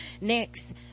Next